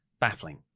baffling